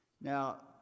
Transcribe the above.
Now